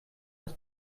das